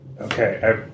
Okay